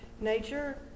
nature